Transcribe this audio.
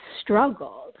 struggled